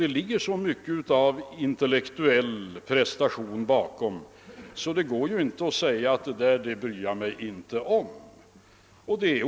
Det ligger också så mycket av intellektuell prestation bakom dem att man inte bara kan nonchalera dem.